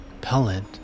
pellet